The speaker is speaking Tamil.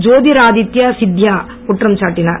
ஜோதிராதித்ய சிந்தியா குற்றம் சாட்டினார்